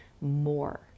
more